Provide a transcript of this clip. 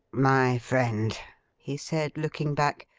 my friend he said, looking back,